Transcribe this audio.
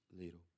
little